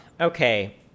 Okay